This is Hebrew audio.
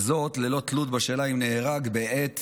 וזאת ללא תלות בשאלה אם נהרג בעת